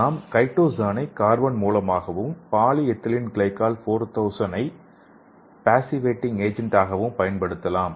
நாம் கைடோஸானை கார்பன் மூலமாகவும் பாலி எத்திலீன் கிளைகோல் 4000 ஐ பேசிவேட்டிங் ஏஜென்ட் ஆகவும் பயன்படுத்தலாம்